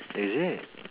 oh is it